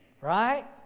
Right